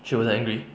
she wasn't angry